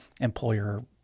employer